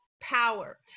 power